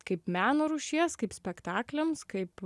kaip meno rūšies kaip spektakliams kaip